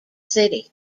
city